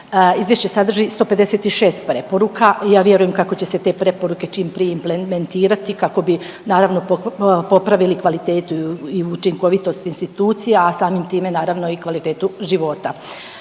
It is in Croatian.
Izvješće sadrži 156 preporuka i ja vjerujem kako će se te preporuke čim prije implementirati kako bi naravno popravili kvalitetu i učinkovitost institucija, a samim time naravno i kvalitetu života.